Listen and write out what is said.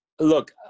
Look